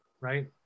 right